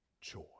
joy